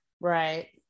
right